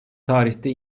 tarihte